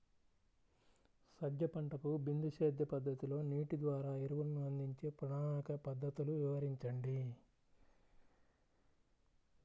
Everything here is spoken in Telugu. సజ్జ పంటకు బిందు సేద్య పద్ధతిలో నీటి ద్వారా ఎరువులను అందించే ప్రణాళిక పద్ధతులు వివరించండి?